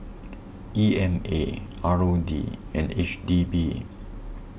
E M A R O D and H D B